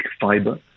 fiber